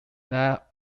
that